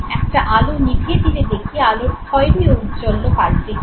একটা আলো নিভিয়ে দিলে দেখি আলোর খয়েরি ঔজ্জ্বল্য পাল্টে গিয়েছে